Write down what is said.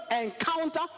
encounter